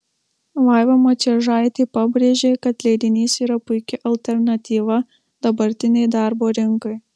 vaiva mačiežaitė pabrėžė kad leidinys yra puiki alternatyva dabartinei darbo rinkai